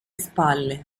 spalle